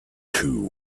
two